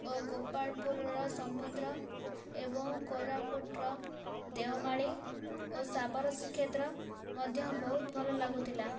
ଓ ଗୋପାଳପୁର ର ସମୁଦ୍ର ଏବଂ କୋରାପୁଟର ଦେଓମାଳୀ ଓ ସାବର ଶ୍ରୀକ୍ଷେତ୍ର ମଧ୍ୟ ବହୁତ ଭଲ ଲାଗୁଥିଲା